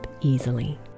easily